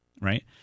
Right